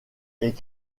est